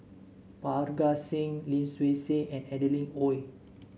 Parga Singh Lim Swee Say and Adeline Ooi